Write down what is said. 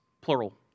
plural